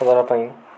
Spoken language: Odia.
ମାଛ ଧାରା ପାଇଁ